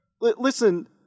listen